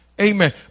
Amen